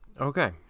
Okay